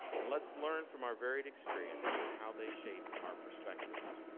and let's learn from our varied experiences and how they shape our perspectives.